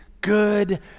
good